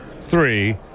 three